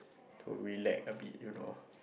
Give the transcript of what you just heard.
to relax a bit you know